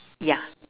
ya